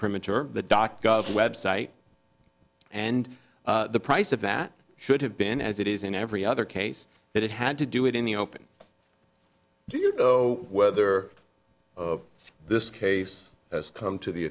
premature the doc gov website and the price of that should have been as it is in every other case that it had to do it in the open whether this case has come to the